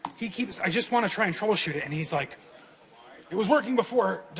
he keeps, i just wanna try and troubleshoot it and he's like it was working before,